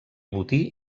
botí